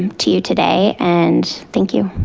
to you today and thank you.